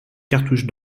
cartouche